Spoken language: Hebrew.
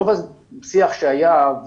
רוב שיח שהיה,